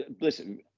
Listen